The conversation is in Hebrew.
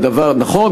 נכון,